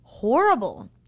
horrible